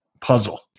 puzzle